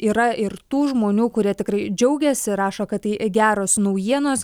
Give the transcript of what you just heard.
yra ir tų žmonių kurie tikrai džiaugiasi rašo kad tai geros naujienos